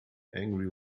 angry